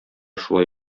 шулай